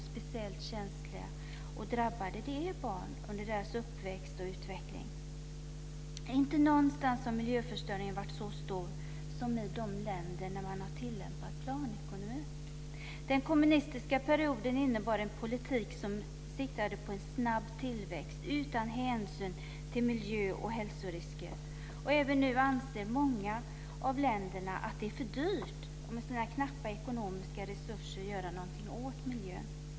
Speciellt känsliga och drabbade är barn under deras uppväxt och utveckling. Inte någonstans har miljöförstöringen varit så stor som i de länder där man har tillämpat planekonomi. Den kommunistiska perioden innebar en politik som siktade på en snabb tillväxt utan hänsyn till miljö och hälsorisker. Även nu anser många av länderna att det är för dyrt att med sina knappa ekonomiska resurser göra någonting åt miljön.